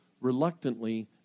reluctantly